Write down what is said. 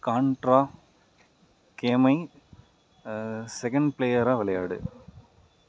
contra கேமை second பிளேயராக விளையாடு